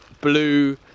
blue